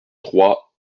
trois